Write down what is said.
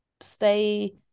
stay